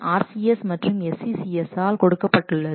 RCS மற்றும் SCCS ஆல் கொடுக்கப்பட்டுள்ளது